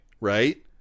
Right